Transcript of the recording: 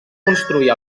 construir